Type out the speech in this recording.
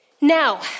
Now